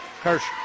Kirsch